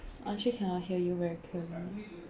I actually cannot hear you very clearly